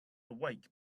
awake